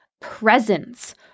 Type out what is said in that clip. presence